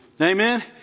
Amen